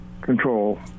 control